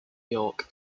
york